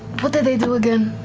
what do they do again?